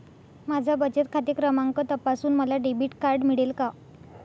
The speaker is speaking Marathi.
माझा बचत खाते क्रमांक तपासून मला डेबिट कार्ड मिळेल का?